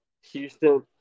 Houston